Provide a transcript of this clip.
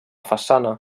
façana